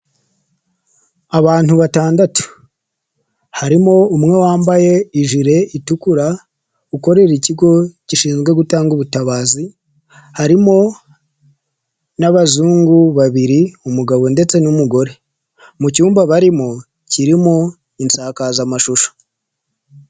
Abantu batandatu harimo umwe wambaye ijire itukura ukorera ikigo gishinzwe gutanga ubutabazi, harimo n'abazungu babiri umugabo ndetse n'umugore mu cyumba barimo kirimo isakazamashusho.